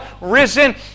risen